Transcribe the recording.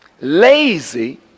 lazy